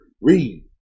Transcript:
Read